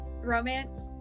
romance